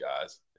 guys